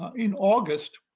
in august,